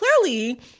clearly